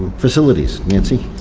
facilities, nancy?